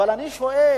אבל אני שואל: